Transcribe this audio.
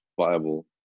viable